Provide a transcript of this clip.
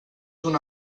una